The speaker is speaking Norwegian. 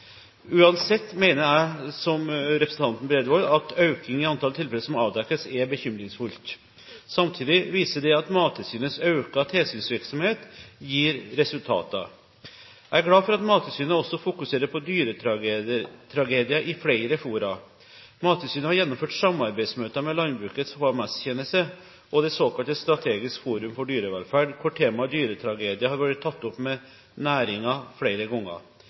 Uansett mener jeg, som representanten Bredvold, at en økning i antall tilfeller som avdekkes, er bekymringsfullt. Samtidig viser det at Mattilsynets økte tilsynsvirksomhet gir resultater. Jeg er glad for at Mattilsynet også fokuserer på dyretragedier i flere fora. Mattilsynet har gjennomført samarbeidsmøter med Landbrukets HMS-tjeneste og det såkalte strategisk forum for dyrevelferd, hvor temaet dyretragedier har vært tatt opp med næringen flere ganger.